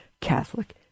Catholic